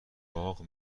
باغ